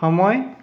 সময়